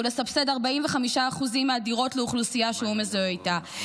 ולסבסד 45% מהדירות לאוכלוסייה שהוא מזוהה איתה.